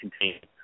contained